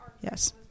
Yes